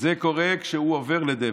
זה קורה כשהוא עובר לדבר.